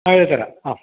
അതു തരാം ആ